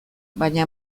baina